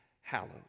hallowed